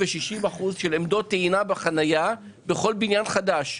ו-60% של עמדות טעינה בחנייה בכל בניין חדש.